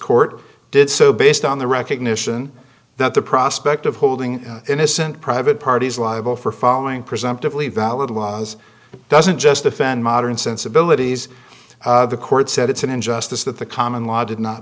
court did so based on the recognition that the prospect of holding innocent private parties liable for following presumptively valid was doesn't just offend modern sensibilities the court said it's an injustice that the common law did not